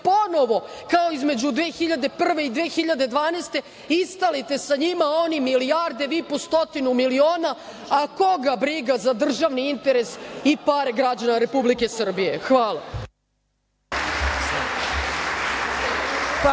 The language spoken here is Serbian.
ponovo, kao između 2001. i 2012. godine, istalite sa njima, oni milijarde, vi po stotinu miliona, a koga briga za državni interes i pare građana Republike Srbije. Hvala.